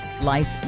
Life